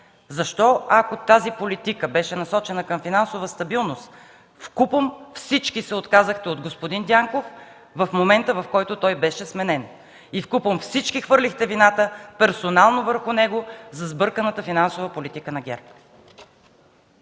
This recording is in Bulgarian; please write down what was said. Защо ако тази политика беше насочена към финансова стабилност, вкупом всички се отказахте от господин Дянков в момента, в който той беше сменен и вкупом всички хвърлихте вината персонално върху него за сбърканата финансова политика на ГЕРБ?